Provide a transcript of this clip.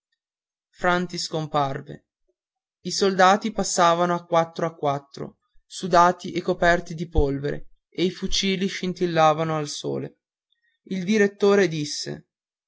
franti scomparve i soldati passavano a quattro a quattro sudati e coperti di polvere e i fucili scintillavano al sole il direttore disse